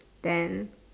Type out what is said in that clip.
then